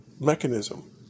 mechanism